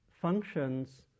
functions